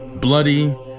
bloody